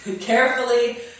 Carefully